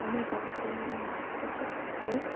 मोजांसिन नाङो गोसोफोरखौ